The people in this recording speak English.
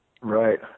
Right